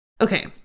Okay